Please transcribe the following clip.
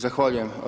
Zahvaljujem.